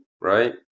right